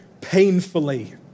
painfully